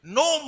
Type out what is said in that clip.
no